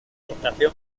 estación